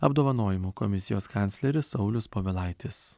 apdovanojimų komisijos kancleris saulius povilaitis